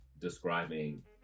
describing